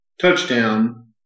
touchdown